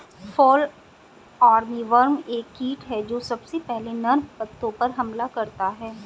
fall armyworm एक कीट जो सबसे पहले नर्म पत्तों पर हमला करता है